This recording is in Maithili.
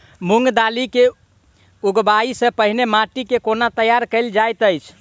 मूंग दालि केँ उगबाई सँ पहिने माटि केँ कोना तैयार कैल जाइत अछि?